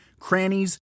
crannies